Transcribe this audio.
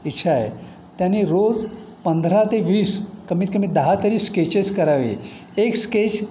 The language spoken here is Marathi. इच्छा आहे त्यांनी रोज पंधरा ते वीस कमीत कमी दहा तरी स्केचेस करावे एक स्केच